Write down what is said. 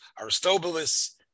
Aristobulus